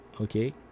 okay